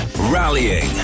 Rallying